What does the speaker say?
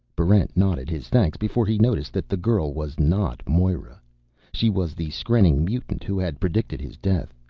barrent nodded his thanks before he noticed that the girl was not moera she was the skrenning mutant who had predicted his death.